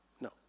No